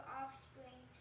offspring